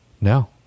No